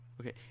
Okay